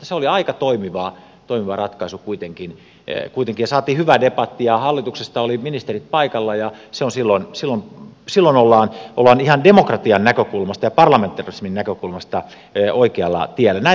se oli aika toimiva ratkaisu kuitenkin ja saatiin hyvä debatti ja hallituksesta olivat ministerit paikalla ja se on silloin se on silloin ollaan ihan demokratian näkökulmasta ja parlamentarismin näkökulmasta oikealla tiellä